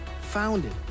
founded